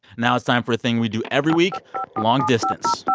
now it's time for a thing we do every week long distance